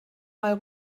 mal